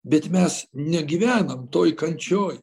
bet mes negyvenam toj kančioj